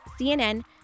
CNN